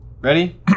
Ready